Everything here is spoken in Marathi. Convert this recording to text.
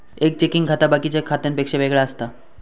एक चेकिंग खाता बाकिच्या खात्यांपेक्षा वेगळा असता